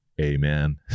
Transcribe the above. Amen